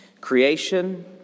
Creation